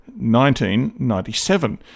1997